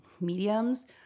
mediums